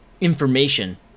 information